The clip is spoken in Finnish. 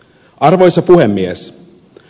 arvoisa puhemies